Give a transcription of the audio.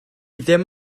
ddim